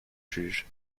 juges